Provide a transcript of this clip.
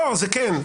זה כן.